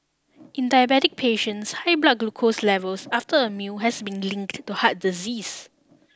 in diabetic patients high blood glucose levels after a meal has been linked to heart disease